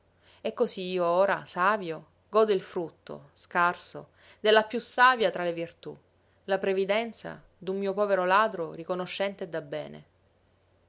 e cosí io ora savio godo il frutto scarso della piú savia tra le virtù la previdenza d'un mio povero ladro riconoscente e da bene